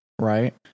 right